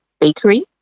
Bakery